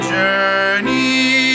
journey